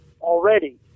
already